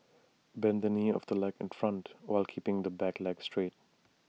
bend the knee of the leg in front while keeping the back leg straight